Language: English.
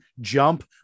jump